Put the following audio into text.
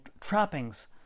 trappings